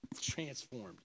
Transformed